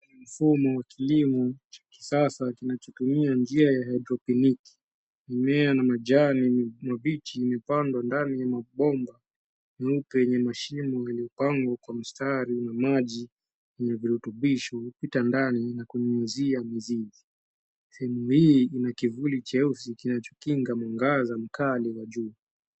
Mfumo wa kilimo cha kisasa kinachotumia njia ya hydropiniki . Mimea na majani mabichi imepandwa ndani ya mabomba meupe yenye mashimo iliyopangwa kwa mstari na maji yenye virutubisho, hupita ndani na kunyunyizia mizizi. Sehemu hii ina kivuli cheusi kinachokinga mwangaza mkali wa jua.